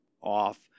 off